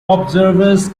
observers